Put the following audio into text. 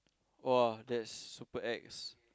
!wah! that's super ex